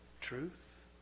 truth